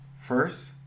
First